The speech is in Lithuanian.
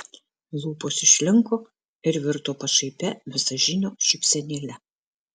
lūpos išlinko ir virto pašaipia visažinio šypsenėle